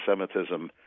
anti-Semitism